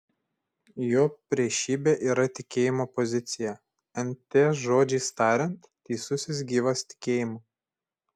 jo priešybė yra tikėjimo pozicija nt žodžiais tariant teisusis gyvas tikėjimu